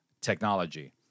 technology